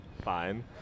Fine